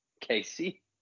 Casey